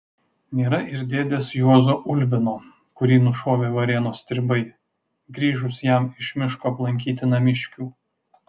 nėra ir dėdės juozo ulbino kurį nušovė varėnos stribai grįžus jam iš miško aplankyti namiškių